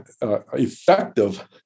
effective